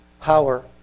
power